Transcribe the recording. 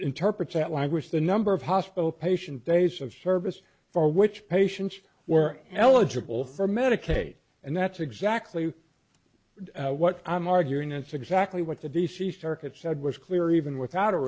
interprets that language the number of hospital patient days of service for which patients were eligible for medicaid and that's exactly what i'm arguing and six actually what the d c circuit said was clear even without a